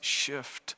shift